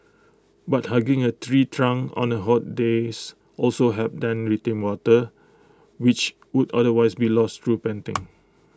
but hugging A tree trunk on the hot days also helps then retain water which would otherwise be lost through panting